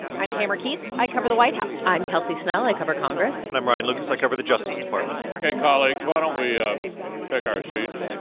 i'm tamara keith. i cover the white house i'm kelsey snell. i cover congress and i'm ryan lucas. i cover the justice department and colleagues, why don't we um take our seats?